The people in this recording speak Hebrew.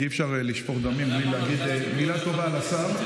כי אי-אפשר לשפוך דמים בלי להגיד מילה טובה על השר.